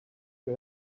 you